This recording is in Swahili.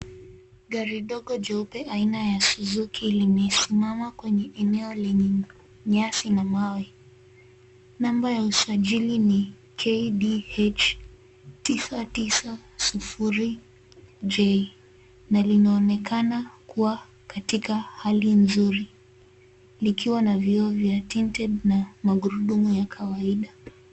Gari dogo jeupe aina ya Suzuki limesimama kwenye eneo lenye nyasi na mawe. Namba ya usajili ni KDH 960J na linaonekana kuwa katika hali nzuri likiwa na vioo vya tinted na magurudumu ya kawaida.